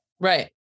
Right